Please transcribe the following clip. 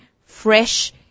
fresh